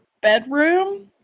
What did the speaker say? bedroom